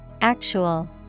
actual